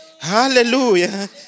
Hallelujah